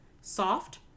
Soft